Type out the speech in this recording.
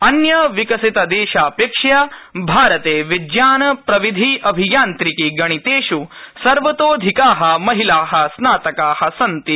अन्यविकसितदेशापेक्षया भारते विज्ञान प्रविधि अभियान्त्रिकी गणितेष् सर्वतोधिका महिलास्नातका सन्ति